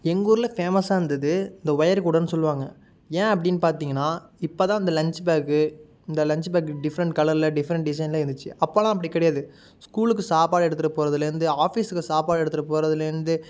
எங்கூர்ல ஃபேமஸாக இருந்தது இந்த ஒயர் கூடைன்னு சொல்லுவாங்க ஏன் அப்படின்னு பார்த்தீங்கன்னா இப்போ தான் இந்த லஞ்ச் பே இந்த லஞ்ச் பேக் டிஃப்ரெண்ட் கலர்ல டிஃப்ரெண்ட் டிசைன்ல இருந்திச்சு அப்பெல்லாம் அப்படி கிடையாது ஸ்கூலுக்கு சாப்பாடு எடுத்திட்டு போறதுலேருந்து ஆஃபிஸுக்கு சாப்பாடு எடுத்திட்டு போறதுலேருந்து